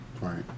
Right